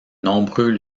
nombreux